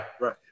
right